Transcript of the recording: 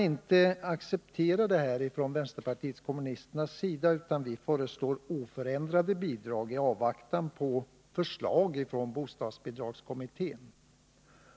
Från vänsterpartiet kommunisternas sida kan vi inte acceptera detta, utan vi förslår oförändrade bidrag i avvaktan på förslag från bostadsbidragskommittén.